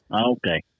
Okay